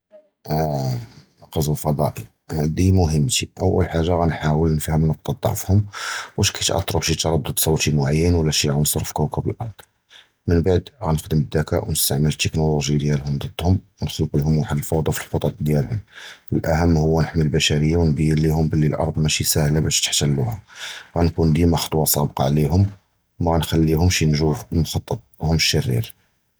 אִיהּ, אִל-גְּזוּ וּפְדַּאִי הַדִּי מֻהִימְּתִי, אוּל חַאגָה גַאנְחַאוּל נִפְהֵם נִקְטַה דִיַּל עֻוּלְהוּם, אִש קִיתַאצְּרוּ בְּשִי תַּרַדּוּד צּוּתִי מֻעַיַּן וְלָא שִי עֻנְצְר פִי קוּקַּב אִל-אַרְד, מִנְבַּעְד גַאנְחַדַּם אִל-זְכָּאָא וְנִסְתַעْمֵל אִל-טֶכְנוֹלוֹגְיָא דִיַּלְהוּם דִיְּנְדְּהוּם וְנַחְלְקּ לְהוּם וַחַד אִל-פוּדָאא פִי אִל-חֻ'טַּאת דִיַּלְהוּם, הַאֻחַּם הִי נִחְמִי אִל-בְּשָרִיָּה וְנַבִּין לְהוּם בְּלִי אִל-אַרְד מַשִי סַהֵלָה בַּשַּׁא לִתְחַתְּלוּהּ, גַאנְקוּן דִיְּמָא חְקוֹכּ סַבְּקָה עַלַהָא וּמַגַאנְחַלִיהוּם ש נִנְגַּחוּ פִי מַחְטַּטְכּוּם אִל-שָרִיר.